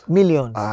Millions